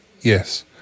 Yes